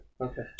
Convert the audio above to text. Okay